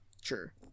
Sure